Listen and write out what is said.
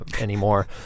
anymore